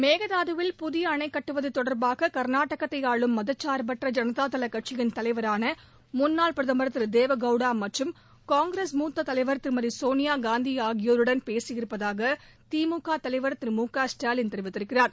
மேகதாதுவில் புதிய அணை கட்டுவது தொடர்பாக கர்நாடகத்தை ஆளும் மதசார்பற்ற ஐனதாதள கட்சியின் தலைவரான முன்னாள் பிரதம் திரு தேவகவுடா மற்றும் காங்கிரஸ் மூத்தத் தலைவர் திருமதி சோனியா காந்தி ஆகியோருடன் பேசியிருப்பதாக திமுக தலைவர் திரு மு க ஸ்டாலின் தெரிவித்திருக்கிறார்